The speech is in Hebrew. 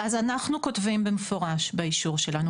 אז אנחנו כותבים במפורש באישור שלנו,